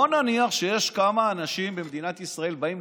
בואו נניח שיש כמה אנשים במדינת ישראל שבאים,